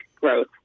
growth